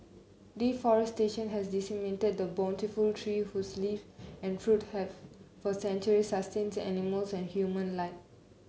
deforestation has decimated the bountiful tree whose leave and fruit have for centuries sustained animals and human alike